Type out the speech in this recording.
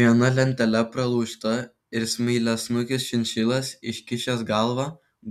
viena lentele pralaužta ir smailiasnukis šinšilas iškišęs galvą